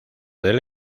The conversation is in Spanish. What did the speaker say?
del